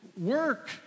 work